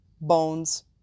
bones